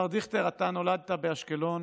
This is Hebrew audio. השר דיכטר, אתה נולדת באשקלון